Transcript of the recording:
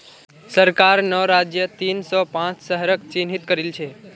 सरकार नौ राज्यत तीन सौ पांच शहरक चिह्नित करिल छे